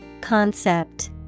Concept